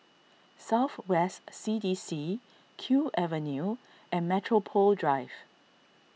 South West C D C Kew Avenue and Metropole Drive